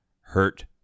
hurt